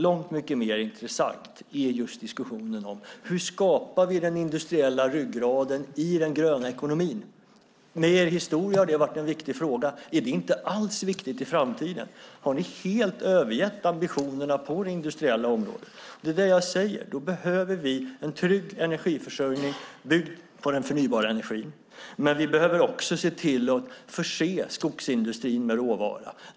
Långt mer intressant är diskussionen om hur vi skapar den industriella ryggraden i den gröna ekonomin. Med er historia har det varit en viktig fråga. Är det inte alls viktigt i framtiden? Har ni helt övergett ambitionerna på det industriella området? Det jag säger är att vi behöver en trygg energiförsörjning byggd på den förnybara energin, men vi behöver också förse skogsindustrin med råvara.